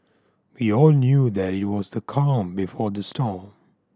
we all knew that it was the calm before the storm